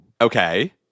Okay